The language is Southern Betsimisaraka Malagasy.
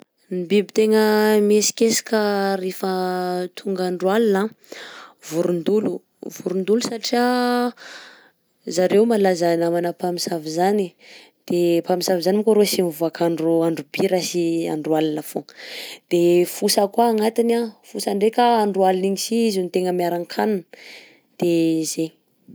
Ny biby tegna miesikesika rehefa tonga andro alina anh, vorondolo, vorondolo satria zareo malaza namana mpamosavy izany de mpamosavy izany monko arô sy mivoaka andro andro bi raha sy andro alina foagna. _x000D_ De fosa koa agnatiny a, fosa ndraika andro alina igny si izy no tegna miaran-kanina, de zay.